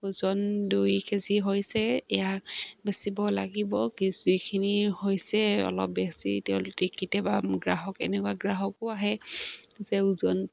ওজন দুই K G হৈছে ইয়াক বেচিব লাগিব কি যিখিনি হৈছে অলপ বেছি তেওঁলোক কেতিয়াবা গ্ৰাহক এনেকুৱা গ্ৰাহকো আহে যে ওজন